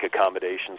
accommodations